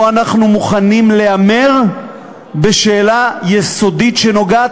או אנחנו מוכנים להמר בשאלה יסודית שנוגעת